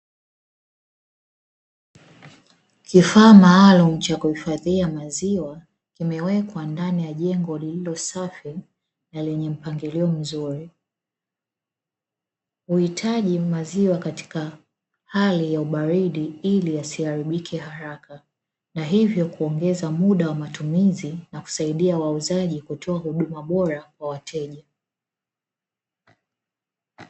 Kifaa maalumu cha kuhifadhia maziwa kimewekwa ndani ya jengo lililo safi na lenye mpangilio mzuri. Huitaji maziwa katika hali ya ubaridi ili yasiharibike haraka na hivyo kuongeza muda wa matumizi na kusaidia wauzaji kutoa huduma bora kwa wateja.